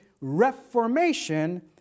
Reformation